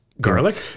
Garlic